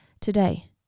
today